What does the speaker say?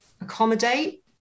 accommodate